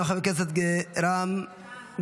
גם חבר הכנסת רם בעד,